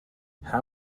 how